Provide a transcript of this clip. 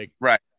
right